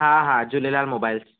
हा हा झूलेलाल मोबाइल्स